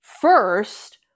first